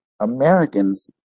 Americans